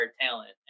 talent